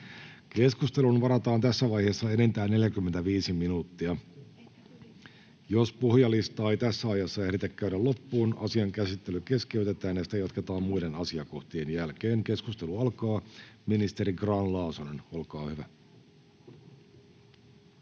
Keskusteluun varataan tässä vaiheessa enintään 45 minuuttia. Jos puhujalistaa ei tässä ajassa ehditä käydä loppuun, asian käsittely keskeytetään ja sitä jatketaan muiden asiakohtien jälkeen. — Keskustelu alkaa. Ministeri Grahn-Laasonen, olkaa hyvä.